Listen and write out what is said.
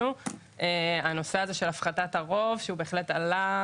הנושא של הפחתת הרוב בהחלט עלה,